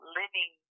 living